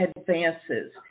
advances